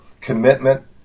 commitment